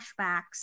flashbacks